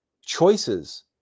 choices